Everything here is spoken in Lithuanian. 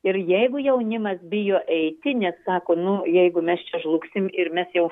ir jeigu jaunimas bijo eiti nes sako nu jeigu mes čia žlugsim ir mes jau